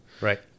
Right